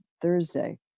Thursday